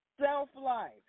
self-life